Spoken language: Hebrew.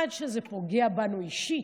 עד שזה פוגע בנו אישית,